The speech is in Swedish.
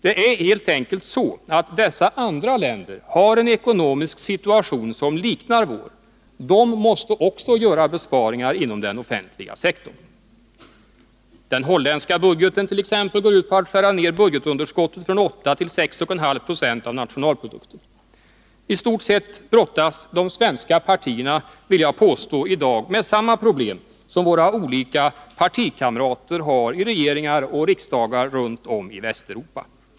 Det är helt enkelt så att dessa andra länder har en ekonomisk situation som liknar vår. De måste också göra besparingar inom den offentliga sektorn. Den holländska budgeten t.ex. går ut på att skära ned budgetunderskottet från 8 till 6,5 96 av nationalprodukten. Jag vill påstå att de svenska partierna brottas med i stort sett samma problem som våra olika partikamrater har i regeringar och riksdagar runt om i Västeuropa.